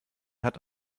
hat